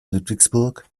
ludwigsburg